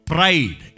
Pride